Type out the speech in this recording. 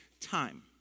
time